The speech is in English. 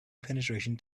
penetration